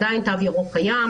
התו הירוק עדיין קיים,